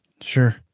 Sure